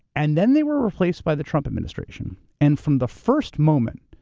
and then they were replaced by the trump administration. and from the first moment,